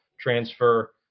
transfer